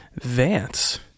Vance